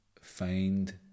find